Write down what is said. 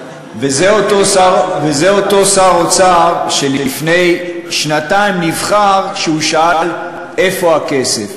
וזה אותו שר אוצר שלפני שנתיים נבחר כשהוא שאל: איפה הכסף?